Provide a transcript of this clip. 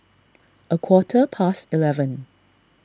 a quarter past eleven